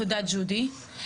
תודה, ג'ודי.